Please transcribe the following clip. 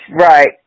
Right